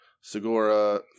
Segura